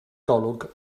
golwg